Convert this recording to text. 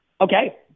Okay